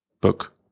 book